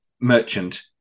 Merchant